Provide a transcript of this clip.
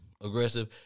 aggressive